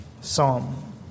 Psalm